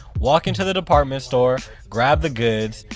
walk into the department store, grab the goods,